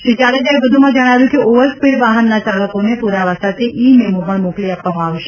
શ્રી જાડેજાએ વધુમાં જણાવ્યું છે કે ઓવર સ્પીડ વાહનના ચાલકોને પુરાવા સાથે ઇ મેમો પણ મોકલી આપવામાં આવશે